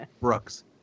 Brooks